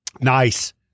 Nice